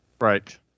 Right